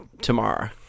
tomorrow